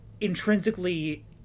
intrinsically